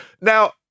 Now